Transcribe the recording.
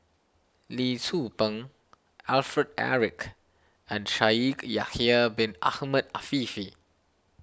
Lee Tzu Pheng Alfred Eric and Shaikh Yahya Bin Ahmed Afifi